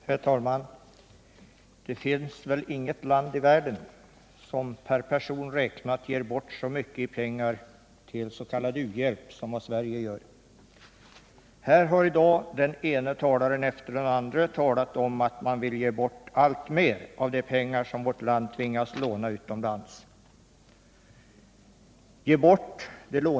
Herr talman! Det finns väl inget land i världen som per person räknat ger bort så mycket pengaris.k. u-hjälp som Sverige. Här har i dag den ene talaren efter den andre sagt att vi skall ge bort alltmer av de pengar som vårt land tvingas låna utomlands till dessa ändamål.